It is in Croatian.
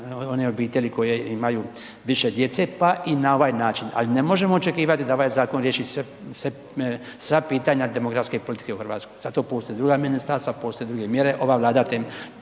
one obitelji koje imaju više djece, pa i na ovaj način, ali ne možemo očekivati da ovaj zakon riješi sva pitanja demografske politike u Hrvatskoj. Zato postoje druga ministarstva, postoje druge mjere, ova vlada te